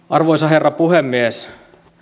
arvoisa herra puhemies